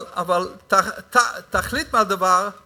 אבל תכלית הדבר היא